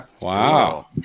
Wow